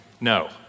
No